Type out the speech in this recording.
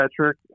Patrick